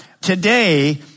today